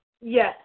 yes